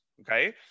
okay